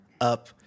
up